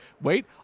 wait